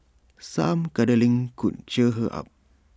some cuddling could cheer her up